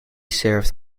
served